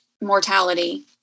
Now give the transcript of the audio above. mortality